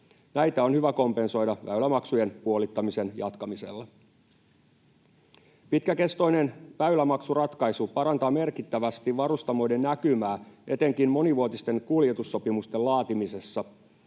Näitä on hyvä kompensoida väylämaksujen puolittamisen jatkamisella. Pitkäkestoinen väylämaksuratkaisu parantaa merkittävästi varustamoiden näkymää etenkin monivuotisten kuljetussopimusten laatimisessa.